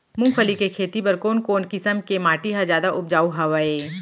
मूंगफली के खेती बर कोन कोन किसम के माटी ह जादा उपजाऊ हवये?